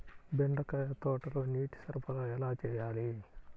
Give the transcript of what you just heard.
బెండకాయ తోటలో నీటి సరఫరా ఎలా చేయాలి?